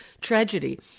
tragedy